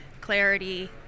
clarity